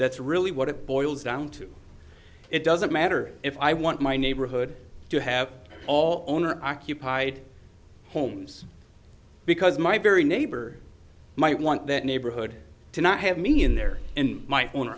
that's really what it boils down to it doesn't matter if i want my neighborhood to have all owner occupied homes because my very neighbor might want that neighborhood to not have me in there in my own